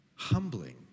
humbling